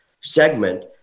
segment